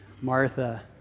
Martha